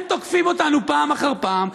הם תוקפים אותנו פעם אחר פעם,